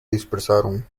dispersaron